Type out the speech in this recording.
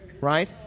right